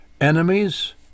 enemies